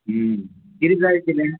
किदें जाय आशिल्लें